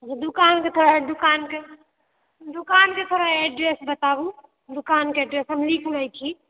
दुकानके थोड़ा दुकानके दुकानके थोड़ा एड्रेस बताबु दुकानके एड्रेस हम लिख लै छी